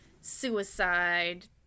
suicide